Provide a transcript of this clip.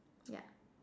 yeah